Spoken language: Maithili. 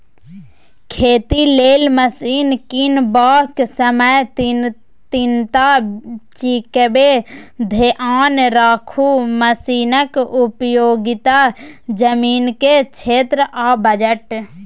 खेती लेल मशीन कीनबाक समय तीनटा चीजकेँ धेआन राखु मशीनक उपयोगिता, जमीनक क्षेत्र आ बजट